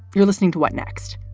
you're listening to what next?